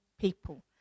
people